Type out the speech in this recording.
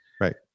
Right